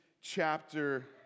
chapter